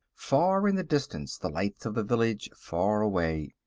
far in the distance the lights of the village far away.